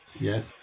Yes